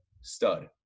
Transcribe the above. stud